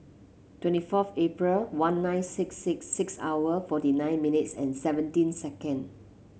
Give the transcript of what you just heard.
twenty forth April one nine six six six hour forty nine minutes and seventeen second